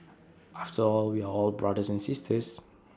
after all we are all brothers and sisters